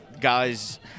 guys